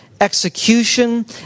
execution